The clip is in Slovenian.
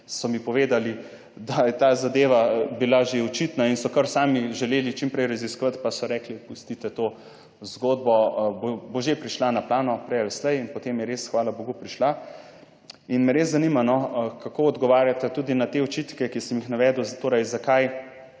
so mi povedali, da je ta zadeva bila že očitna in so kar sami želeli čim prej raziskovati, pa so rekli, pustite to zgodbo, bo že prišla na plano, prej ali slej, in potem je res, hvala bogu prišla in me res zanima, no, kako odgovarjate tudi na te očitke, ki sem jih navedel. Torej zakaj